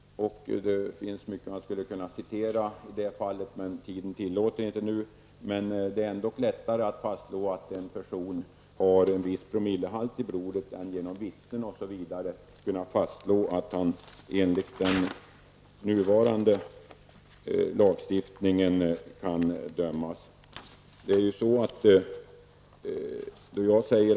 Man skulle kunna citera mycket i detta sammanhang, men tiden tillåter inte detta. Det är ändå lättare att fastslå att en person har en viss promillehalt i blodet än att med hjälp av bl.a. vittnen fastslå att han kan dömas enligt den nuvarande lagen.